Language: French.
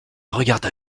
regarda